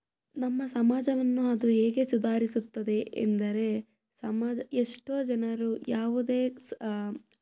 ನಮ್ಮ ಸಮಾಜವನ್ನು ಅದು ಹೇಗೆ ಸುಧಾರಿಸುತ್ತದೆ ಎಂದರೆ ಸಮಾಜ ಎಷ್ಟೋ ಜನರು ಯಾವುದೇ ಸ